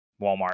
Walmart